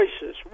choices